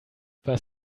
was